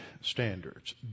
standards